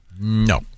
No